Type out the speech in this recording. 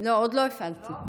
עוד לא הפעלתי.